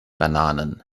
bananen